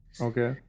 Okay